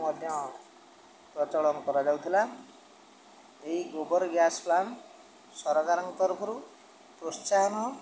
ମଧ୍ୟ ପ୍ରଚଳନ କରାଯାଉଥିଲା ଏହି ଗୋବର ଗ୍ୟାସ୍ ପ୍ଲାଣ୍ଟ୍ ସରକାରଙ୍କ ତରଫରୁ ପ୍ରୋତ୍ସାହନ